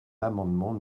l’amendement